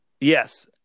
Yes